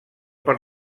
per